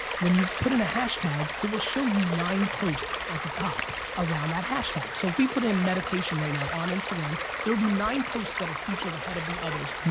when you put in a hashtag, it will show you nine posts at the top around that hashtag. so if we put in meditation right now on instagram there would be nine posts that are featured ahead of the others,